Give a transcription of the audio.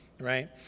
right